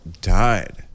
died